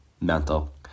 Mental